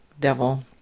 devil